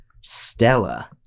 Stella